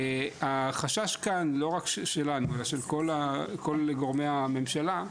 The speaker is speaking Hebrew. החשש כאן, לא רק שלנו אלא של כל גורמי הממשלה,